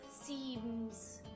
seems